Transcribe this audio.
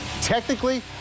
Technically